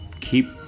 keep